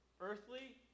Earthly